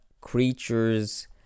creatures